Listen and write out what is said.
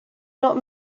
not